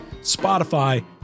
Spotify